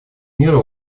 мира